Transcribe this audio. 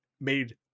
made